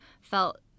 felt